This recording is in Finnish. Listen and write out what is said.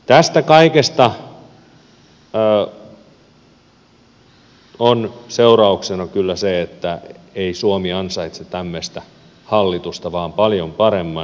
tästä kaikesta on seurauksena kyllä se että ei suomi ansaitse tämmöistä hallitusta vaan paljon paremman